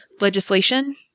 legislation